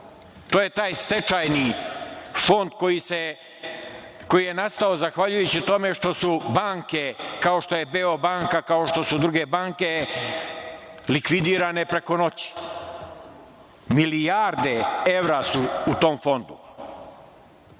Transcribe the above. To je taj stečajni fond koji je nastao zahvaljujući tome što su banke, kao što je Beobanka, kao što su druge banke likvidirane preko noći. Milijarde evra su u tom fondu. Šta